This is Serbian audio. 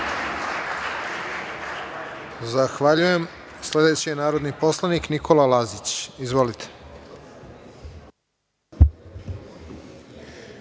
Zahvaljujem. Sledeći je narodni poslanik Nikola Lazić. Izvolite.